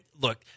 look